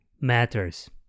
matters